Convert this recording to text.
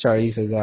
240 हजार